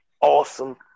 awesome